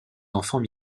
enfants